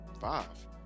Five